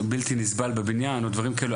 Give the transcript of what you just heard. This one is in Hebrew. בלתי נסבל בבניין ודברים כאלה,